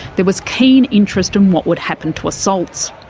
there was keen interest in what would happen to assaults.